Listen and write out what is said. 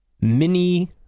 Mini